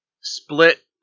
Split